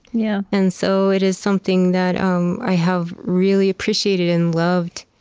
yeah and so it is something that um i have really appreciated and loved